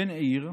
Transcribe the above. בן עיר,